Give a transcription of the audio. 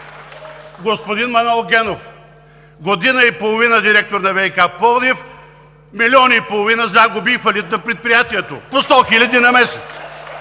Господин Манол Генов е година и половина директор на ВиК – Пловдив, милион и половина загуби и фалит на предприятието. Пуснал хиляди на месец!